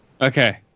Okay